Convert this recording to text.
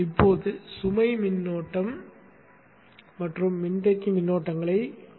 இப்போது சுமை மின்னோட்டம் மற்றும் மின்தேக்கி மின்னோட்டங்களைப் பார்ப்போம்